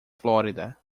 flórida